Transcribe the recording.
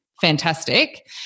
Fantastic